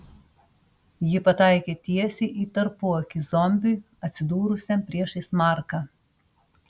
ji pataikė tiesiai į tarpuakį zombiui atsidūrusiam priešais marką